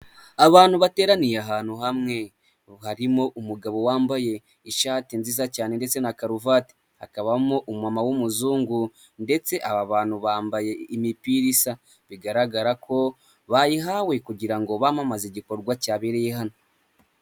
Abantu bateraniye ahantu hamwe harimo umugabo wambaye ishati nziza cyane ndetse na karuvati, hakabamo umumama w'umuzungu ndetse aba bantu bambaye imipiri isa, bigaragara ko bayihawe kugira ngo bamamaze igikorwa cyabereye hano.